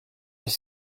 les